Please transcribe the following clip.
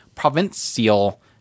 provincial